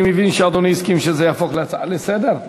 אני מבין שאדוני הסכים שזה יהפוך להצעה לסדר-היום?